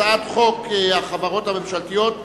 הצעת חוק החברות הממשלתיות (תיקון,